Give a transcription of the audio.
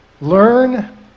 Learn